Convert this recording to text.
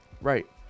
Right